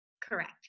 Correct